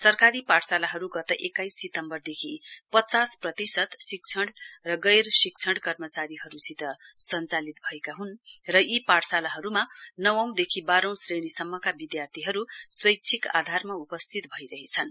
सरकारी पाठशालाहहरू गत एक्काइस सितम्वरदेखि पचास प्रतिशत शिक्षण र गैरशिक्षण कर्मचारीहरूसित सञ्चालित भएका ह्न् र यी पाठशालाहरूमा नवौंदेखि बाहौं श्रेणी सम्मका विधार्थीहरू स्वैच्छैक आधारमा उपस्थित भइरहेछन्